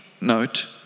note